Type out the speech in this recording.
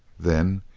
then,